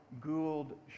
Gould